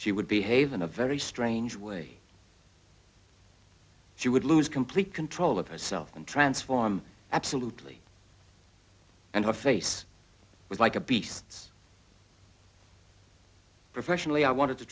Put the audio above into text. she would behave in a very strange way she would lose complete control of herself and transform absolutely and her face was like a beast's professionally i wanted to